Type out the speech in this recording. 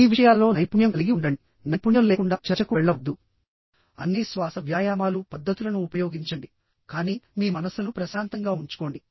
మీ విషయాలలో నైపుణ్యం కలిగి ఉండండి నైపుణ్యం లేకుండా చర్చకు వెళ్లవద్దు మీ మనస్సును ప్రశాంతంగా ఉంచుకోండి అన్ని శ్వాస వ్యాయామాలు పద్ధతులను ఉపయోగించండి కానీ మీ మనస్సును ప్రశాంతంగా ప్రశాంతంగా ఉంచుకోండి